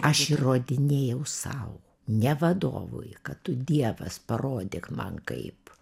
aš įrodinėjau sau ne vadovui kad tu dievas parodyk man kaip